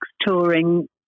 touring